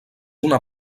una